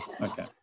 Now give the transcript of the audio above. okay